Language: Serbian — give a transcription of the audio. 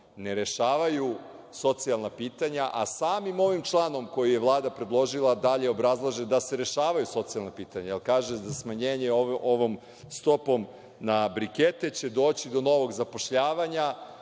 ne rešavaju socijalna pitanja, a samim ovim članom koji je Vlada predložila dalje obrazlaže da se rešavaju socijalna pitanja, jer kaže da smanjenje ovom stopom na brikete će doći do novog zapošljavanja